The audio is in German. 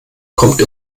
kommt